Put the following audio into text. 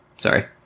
Sorry